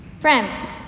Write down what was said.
Friends